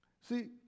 See